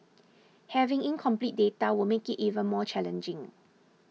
having incomplete data will make it even more challenging